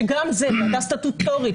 שגם זו ועדה סטטוטורית,